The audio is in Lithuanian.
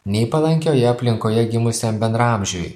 nei palankioje aplinkoje gimusiam bendraamžiui